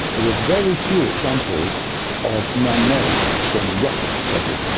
there were very few examples of man-made, from rocket, debris.